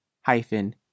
hyphen